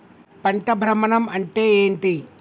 పంట భ్రమణం అంటే ఏంటి?